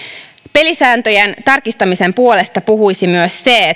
pelisääntöjen tarkistamisen puolesta puhuisi myös se että